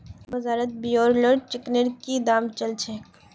बाजारत ब्रायलर चिकनेर की दाम च ल छेक